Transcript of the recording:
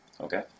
Okay